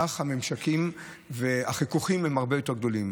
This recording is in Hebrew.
כך הממשקים והחיכוכים בין הנוסע לנהג הרבה יותר גדולים.